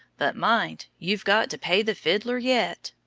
but, mind, you've got to pay the fiddler yet.